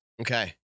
Okay